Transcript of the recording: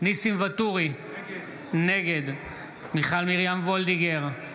ניסים ואטורי, נגד מיכל מרים וולדיגר,